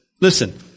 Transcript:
listen